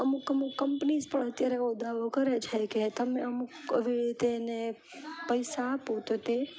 અમુક અમુક કંપનીઝ પણ અત્યારે એવો દાવો કરે છે કે તમે અમુક હવે તેને પૈસા આપો તો તે